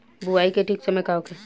बुआई के ठीक समय का होखे?